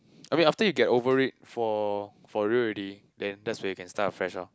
I mean after you get over it for for real already then that's when you can start afresh lah